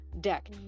deck